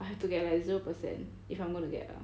I have to get like zero percent if I'm gonna get ah